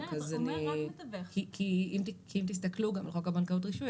כי אם תסתכלו בחוק הרישוי,